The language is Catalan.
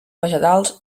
vegetals